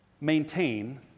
maintain